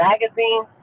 magazine